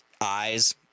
eyes